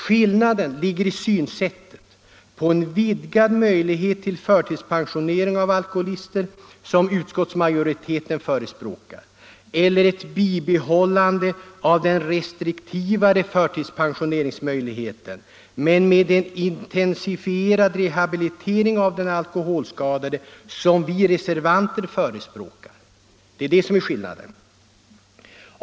Skillnaden ligger i synsättet — en vidgad möjlighet till förtidspensionering av alkoholister, som utskottsmajoriteten förespråkar, eller ett bibehållande av den restriktivare förtidspensioneringsmöjligheten men med en intensifierad rehabilitering av den alkoholskadade, som vi reservanter förespråkar. Det är skillnaden.